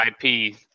IP